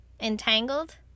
entangled